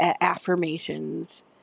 affirmations